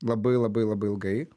labai labai labai ilgai